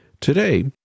Today